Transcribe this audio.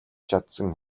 чадсан